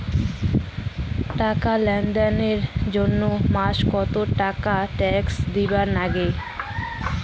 টাকা লেনদেন এর জইন্যে মাসে কত টাকা হামাক ট্যাক্স দিবার নাগে?